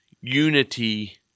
unity